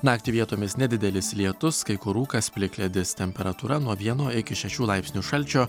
naktį vietomis nedidelis lietus kai kur rūkas plikledis temperatūra nuo vieno iki šešių laipsnių šalčio